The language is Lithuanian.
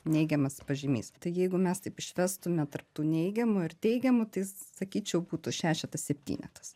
neigiamas pažymys tai jeigu mes taip išvestume tarp tų neigiamų ir teigiamų tai sakyčiau būtų šešetas septynetas